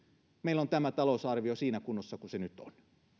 meillä tämä talousarvio on siinä kunnossa kuin se nyt on